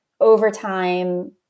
overtime